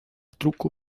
truco